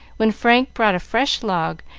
when frank brought a fresh log,